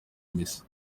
misa